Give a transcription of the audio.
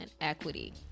equity